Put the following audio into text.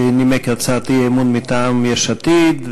שנימק את הצעת האי-אמון מטעם יש עתיד.